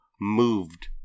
moved